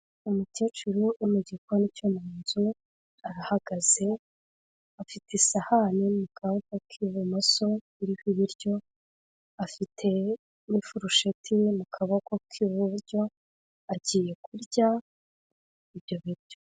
Umukecuru wo mu gikoni cyo mu nzu arahagaze, afite isahani mu kaboko k'ibumoso iriho ibiryo, afite n'ifurusheti imwe mu kaboko k'iburyo agiye kurya ibyo biryo.